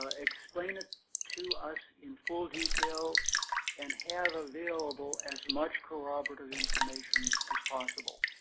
ah explain it to us in full detail and have available as much corroborative information as possible.